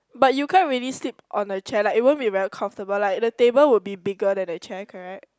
but you can't really sleep on a chair like it won't be very comfortable like the table would be bigger than the chair correct